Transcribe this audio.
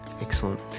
Excellent